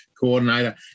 Coordinator